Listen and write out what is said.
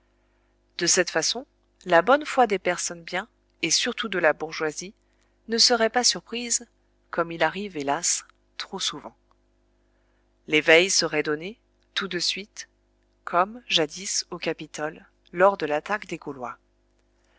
de cette façon la bonne foi des personnes bien et surtout de la bourgeoisie ne serait pas surprise comme il arrive hélas trop souvent l'éveil serait donné tout de suite comme jadis au capitole lors de l'attaque des gaulois